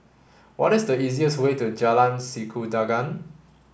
what is the easiest way to Jalan Sikudangan